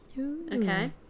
Okay